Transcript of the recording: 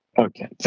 Okay